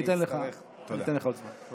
אני אתן לך עוד זמן.